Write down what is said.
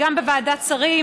וגם בוועדת שרים,